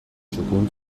txukun